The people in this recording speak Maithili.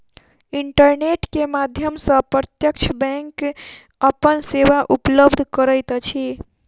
इंटरनेट के माध्यम सॅ प्रत्यक्ष बैंक अपन सेवा उपलब्ध करैत अछि